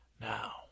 now